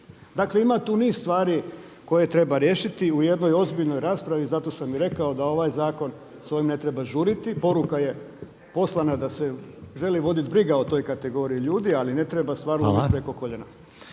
Dakle ima tu niz stvari koje treba riješiti u jednoj ozbiljnoj raspravi. Zato sam i rekao da ovaj zakon, s ovim ne treba žuriti, poruka je poslana da se želi voditi briga o toj kategoriji ljudi ali ne treba stvar uvoditi preko koljena.